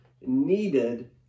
needed